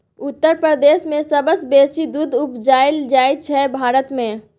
उत्तर प्रदेश मे सबसँ बेसी दुध उपजाएल जाइ छै भारत मे